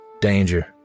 Danger